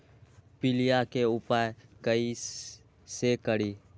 पीलिया के उपाय कई से करी?